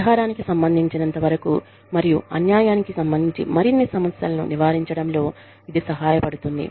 పరిహారానికి సంబంధించినంతవరకు మరియు అన్యాయానికి సంబంధించి మరిన్ని సమస్యలను నివారించడంలో ఇది సహాయపడుతుంది